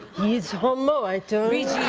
he is homo, i tell